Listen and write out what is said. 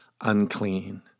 unclean